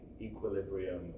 equilibrium